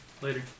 Later